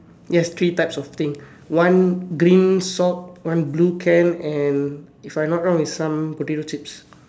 yes three types of things one green sock one blue can and one if I'm not wrong it's some potato chips